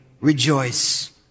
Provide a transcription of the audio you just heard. rejoice